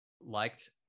liked